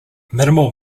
minimal